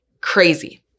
crazy